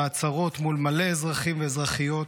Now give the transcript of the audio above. בעצרות מול מלא אזרחים ואזרחיות,